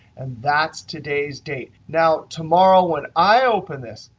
and that's today's date. now tomorrow when i open this,